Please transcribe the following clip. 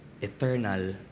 eternal